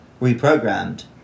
reprogrammed